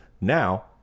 Now